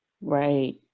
right